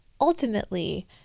ultimately